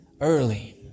early